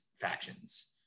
factions